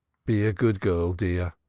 be a good girl, dear,